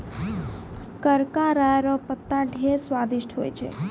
करका राय रो पत्ता ढेर स्वादिस्ट होय छै